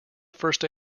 first